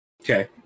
Okay